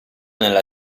nella